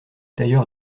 tailleur